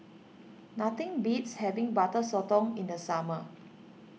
nothing beats having Butter Sotong in the summer